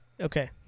Okay